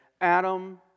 Adam